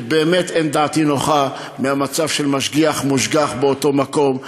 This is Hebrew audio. כי באמת אין דעתי נוחה מהמצב של משגיח מושגח באותו מקום.